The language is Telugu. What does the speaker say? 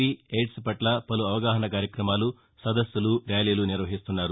వి ఎయిడ్స్ పట్ల పలు అవగాహన కార్యక్రమాలు సదస్సులు ర్యాలీలు నిర్వహిస్తున్నారు